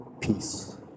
peace